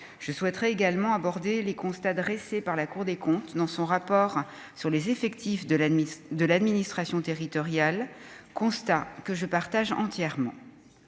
je souhaiterais également aborder les constats dressés par la Cour des comptes dans son rapport sur les effectifs de l'ennemi de l'administration territoriale constat que je partage entièrement